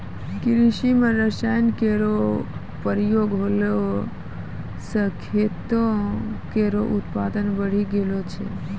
कृषि म रसायन केरो प्रयोग होला सँ खेतो केरो उत्पादन बढ़ी गेलो छै